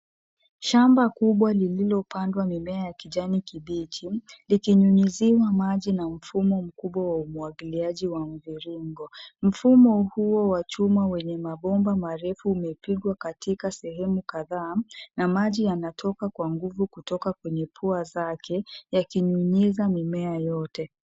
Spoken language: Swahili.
Shamba kubwa lililopandwa mimea ya kijani kibichi, likinyunyiziwa maji na mfumo mkubwa wa umwagiliaji wa mviringo. Mfumo huo wa chuma wenye mabomba marefu umepigwa katika sehemu kadhaa, na maji yanatoka kwa nguvu kutoka kwenye pua zake, yakinyunyiza mimea yote.